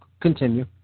continue